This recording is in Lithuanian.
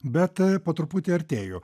bet a po truputį artėju